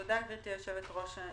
תודה, גברתי היושבת ראש.